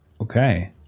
Okay